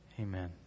Amen